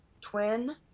twin